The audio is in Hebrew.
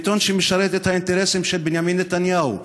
בעיתון שמשרת את האינטרסים של בנימין נתניהו,